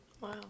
Wow